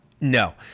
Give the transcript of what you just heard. No